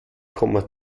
komma